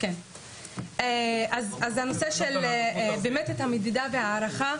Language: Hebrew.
הנושא של מדידה והערכה,